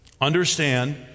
understand